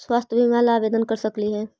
स्वास्थ्य बीमा ला आवेदन कर सकली हे?